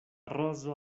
rozo